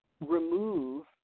Remove